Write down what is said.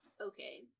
Okay